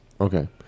Okay